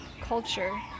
culture